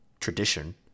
tradition